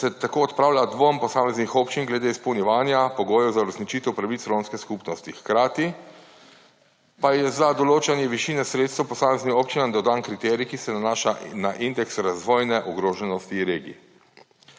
da se tako odpravlja dvom posameznih občin glede izpolnjevanja pogojev za uresničitev pravic romske skupnosti, hkrati pa je za določanje višine sredstev posameznim občinam dodan kriterij, ki se nanaša na indeks razvojne ogroženosti regij.